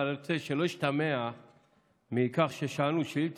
אבל אני רוצה שמכך ששאלנו שאילתה,